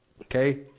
Okay